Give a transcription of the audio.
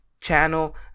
channel